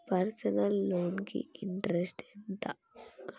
Personal loan కి interest ఎంత?